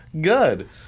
Good